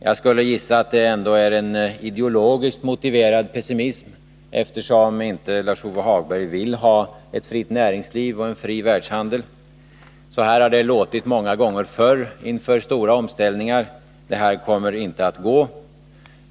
Jag skulle gissa att det ändå är en ideologiskt motiverad pessimism, eftersom Lars-Ove Hagberg inte vill ha ett fritt näringsliv och en fri världshandel. Så har det låtit många gånger förr inför stora omställningar: Det här kommer inte att gå.